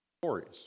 stories